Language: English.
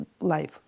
life